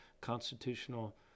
constitutional